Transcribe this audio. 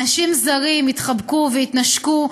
אנשים זרים התחבקו והתנשקו,